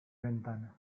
ventana